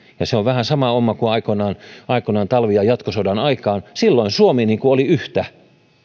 se on vähän sama homma kuin aikoinaan aikoinaan talvi ja jatkosodan aikaan silloin suomi oli yhtä ja